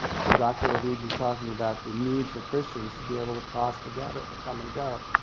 so, dr. ravid was talking about the need for christians to be able to cross the ghetto, to come and go.